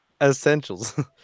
essentials